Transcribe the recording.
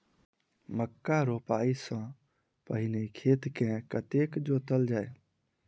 मक्का रोपाइ सँ पहिने खेत केँ कतेक जोतल जाए?